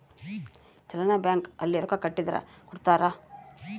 challan bank ಅಲ್ಲಿ ರೊಕ್ಕ ಕಟ್ಟಿದರ ಕೋಡ್ತಾರ